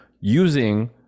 using